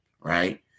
right